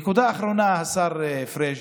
נקודה אחרונה, השר פריג',